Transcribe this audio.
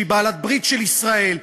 שהיא בעלת-ברית של ישראל,